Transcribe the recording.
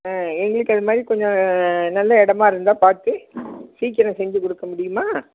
ஆ எங்களுக்கு அது மாதிரி கொஞ்சம் நல்ல இடமா இருந்தால் பார்த்து சீக்கிரம் செஞ்சு கொடுக்க முடியுமா